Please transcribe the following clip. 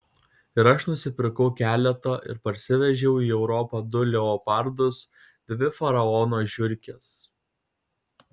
ir aš nusipirkau keletą ir parsivežiau į europą du leopardus dvi faraono žiurkes